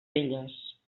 velles